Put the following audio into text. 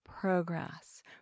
progress